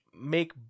make